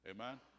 Amen